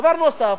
דבר נוסף,